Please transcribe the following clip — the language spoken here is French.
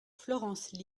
florence